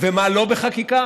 ומה לא בחקיקה.